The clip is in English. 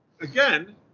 again